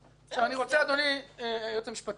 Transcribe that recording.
אדוני היועץ המשפטי גור,